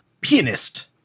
Pianist